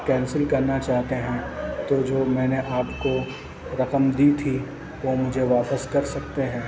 cancel کرنا چاہتے ہیں تو جو میں نے آپ کو رقم دی تھی وہ مجھے واپس کر سکتے ہیں